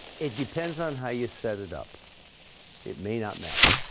it depends on how you set it up it may not matter